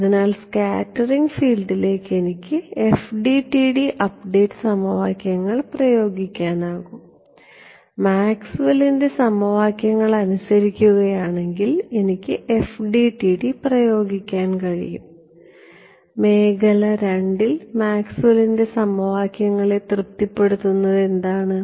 അതിനാൽ സ്കാറ്ററിംഗ് ഫീൽഡിലേക്ക് എനിക്ക് FDTD അപ്ഡേറ്റ് സമവാക്യങ്ങൾ പ്രയോഗിക്കാൻ കഴിയും മാക്സ്വെല്ലിന്റെ സമവാക്യങ്ങൾ അനുസരിക്കുകയാണെങ്കിൽ എനിക്ക് FDTD പ്രയോഗിക്കാൻ കഴിയും മേഖല II ൽ മാക്സ്വെല്ലിന്റെ സമവാക്യങ്ങളെ തൃപ്തിപ്പെടുത്തുന്നത് എന്താണ്